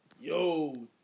Yo